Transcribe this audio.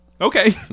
Okay